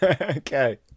okay